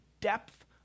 depth